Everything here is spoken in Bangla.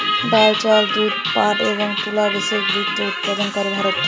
ডাল, চাল, দুধ, পাট এবং তুলা বিশ্বের বৃহত্তম উৎপাদনকারী ভারত